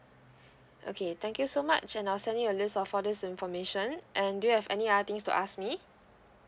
okay thank you so much and I'll send you a list of all this information and do you have any other things to ask me